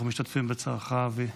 אנחנו משתתפים בצערך, אבי.